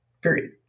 period